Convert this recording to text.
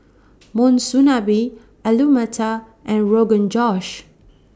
Monsunabe Alu Matar and Rogan Josh